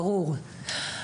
ברור,